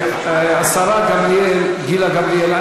השרה גילה גמליאל,